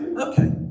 Okay